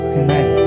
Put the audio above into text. amen